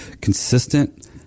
consistent